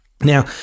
Now